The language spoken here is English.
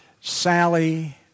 Sally